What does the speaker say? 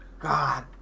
God